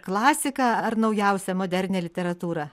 klasiką ar naujausią modernią literatūrą